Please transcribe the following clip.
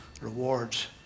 rewards